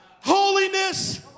holiness